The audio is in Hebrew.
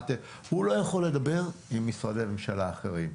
הוא לא יכול לדבר עם משרדי הממשלה האחרים.